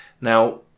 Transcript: Now